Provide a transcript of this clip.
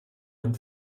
ein